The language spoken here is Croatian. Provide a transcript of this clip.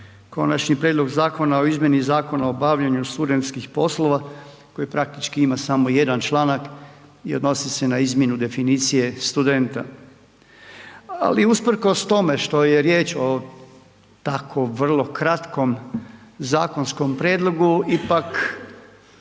Konačni prijedlog zakona o izmjeni Zakona o obavljanju studentskih poslova, koji praktički ima samo jedan članak i odnosi se na izmjenu definicije studenta. Ali, usprkos tome što je riječ o tako vrlo kratkom zakonskom prijedlogu, ipak